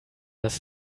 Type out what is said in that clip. das